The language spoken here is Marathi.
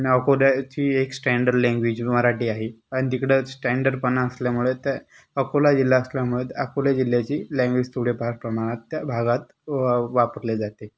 अकोल्याची एक स्टँडर्ड लँग्वेज मराठी आहे अन तिकडं स्टँडर्डपणा असल्यामुळे त्या अकोला जिल्हा असल्यामुळे अकोला जिल्ह्याची लँग्वेज थोड्याफार प्रमाणात त्या भागात वा वापरली जाते